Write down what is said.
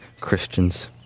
Christians